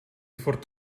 furt